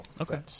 Okay